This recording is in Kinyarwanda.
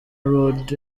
road